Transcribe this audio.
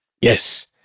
Yes